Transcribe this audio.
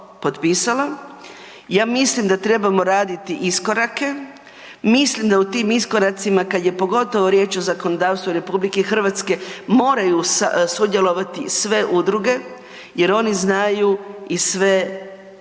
ja mislim da trebamo raditi iskorake, mislim da u tim iskoracima kad je pogotovo riječ o zakonodavstvu RH moraju sudjelovati sve udruge jer oni znaju i sve dobre